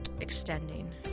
extending